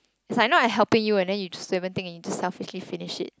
is like know I helping you and then you just never think and you just selfish finish it